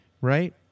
right